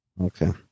Okay